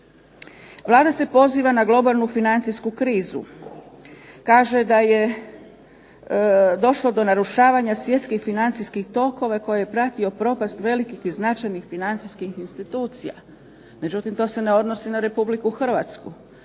Vlada se poziva na globalnu financijsku krizu. Kaže da je došlo do narušavanja svjetskih financijskih tokova koje je pratio propast velikih i značajnih financijskih institucija. Međutim, to se ne odnosi na Republiku Hrvatsku.